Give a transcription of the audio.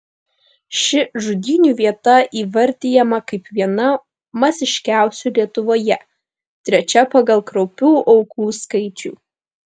ši žudynių vieta įvardijama kaip viena masiškiausių lietuvoje trečia pagal kraupių aukų skaičių